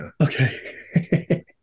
Okay